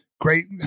Great